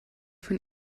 von